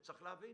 צריך להבין,